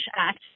Act